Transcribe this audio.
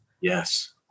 Yes